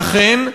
ואכן,